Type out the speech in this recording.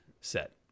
set